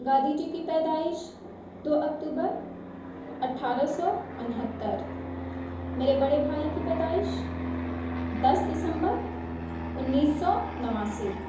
گاندھی جی کی پیدائش دو اکتوبر اٹھارہ سو انہتر میرے بڑے بھائی کی پیدائش دس دسمبر انیس سو نواسی